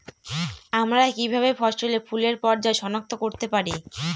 আমরা কিভাবে ফসলে ফুলের পর্যায় সনাক্ত করতে পারি?